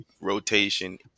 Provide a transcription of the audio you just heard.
rotation